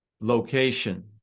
location